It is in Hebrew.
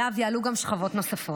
אליו יעלו גם שכבות נוספות.